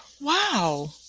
Wow